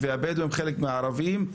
והבדואים הם חלק מהערבים.